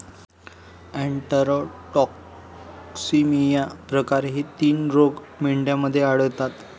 enterotoxaemia प्रकार हे तीन रोग मेंढ्यांमध्ये आढळतात